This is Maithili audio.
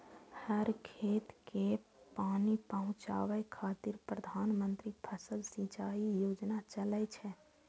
हर खेत कें पानि पहुंचाबै खातिर प्रधानमंत्री फसल सिंचाइ योजना चलै छै